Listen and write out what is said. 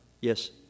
Yes